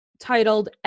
titled